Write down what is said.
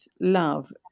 love